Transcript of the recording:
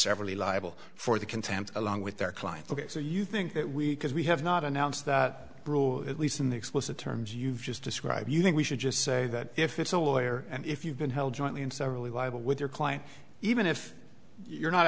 severally liable for the contempt along with their clients ok so you think that we because we have not announced the rule at least in the explicit terms you've just described you think we should just say that if it's a lawyer and if you've been held jointly and severally liable with your client even if you're not